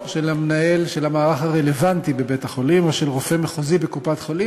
של מנהל המערך הרלוונטי בבית-החולים או של רופא מחוזי בקופת-החולים,